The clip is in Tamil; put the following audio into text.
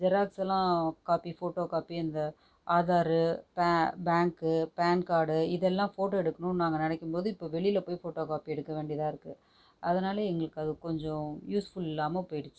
ஜெராக்ஸ் எல்லாம் காப்பி போட்டோ காப்பி இந்த ஆதாரு பே பேங்க்கு பான் கார்டு இதெல்லாம் போட்டோ எடுக்கணும்னு நாங்கள் நினைக்கும் இப்போ வெளியில் போய் போட்டோ காப்பி எடுக்க வேண்டியதாக இருக்குது அதனால் எங்களுக்கு அது கொஞ்ச யூஸ்ஃபுல் இல்லாமல் போயிடுச்சு